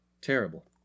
Terrible